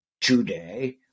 today